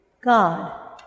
God